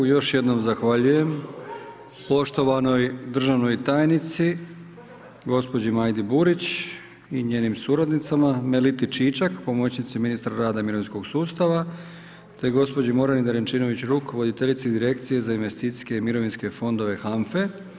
Još jednom zahvaljujem poštovanoj državnoj tajnici gospođi Majdi Burić i njenim suradnicama Meliti Čičak, pomoćnici ministra rada i mirovinskog sustava, te gospođi Morani Derenčinović Ruk voditeljici Direkcije za investicijske i mirovinske fondove HANFA-e.